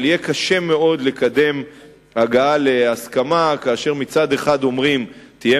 אבל יהיה קשה מאוד לקדם הסכמה כאשר מצד אחד אומרים: תהיה